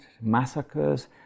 massacres